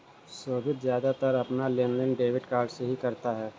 सोभित ज्यादातर अपना लेनदेन डेबिट कार्ड से ही करता है